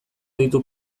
ditu